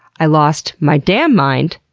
i lost my damn mind!